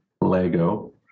Lego